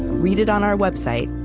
read it on our website,